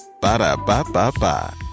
Ba-da-ba-ba-ba